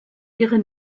ihre